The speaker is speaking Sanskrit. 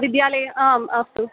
विद्यालये आम् अस्तु